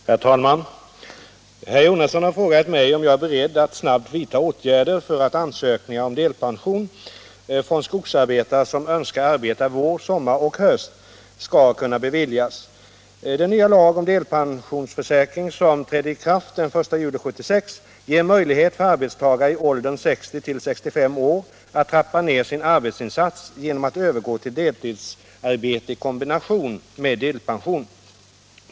72, och anförde: Herr talman! Herr Jonasson har frågat mig om jag är beredd att snabbt vidta åtgärder för att ansökningar om delpension från skogsarbetare som önskar arbeta vår, sommar och höst skall kunna beviljas. Den nya lag om delpensionsförsäkring som trädde i kraft den 1 juli 1976 ger möjlighet för arbetstagare i åldern 60 till 65 år att trappa ner sin arbetsinsats genom att övergå till deltidsarbete i kombination med delpension.